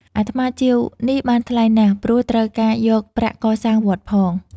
អាត្មាជាវនេះបានថ្លៃណាស់ ព្រោះត្រូវការយកប្រាក់កសាងវត្តផង។